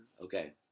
Okay